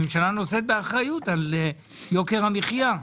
הממשלה נושאת באחריות על יוקר המחיה.